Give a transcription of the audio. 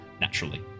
naturally